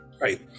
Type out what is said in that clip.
Right